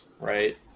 right